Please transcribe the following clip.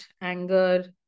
anger